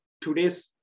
today's